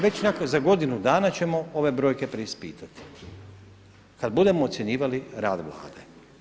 Već nakon godinu dana ćemo ove brojke preispitati, kada budemo ocjenjivali rad Vlade.